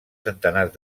centenars